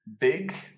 big